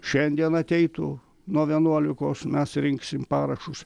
šiandien ateitų nuo vienuolikos mes rinksim parašus